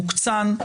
מוקצן,